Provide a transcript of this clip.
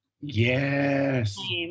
Yes